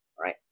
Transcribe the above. right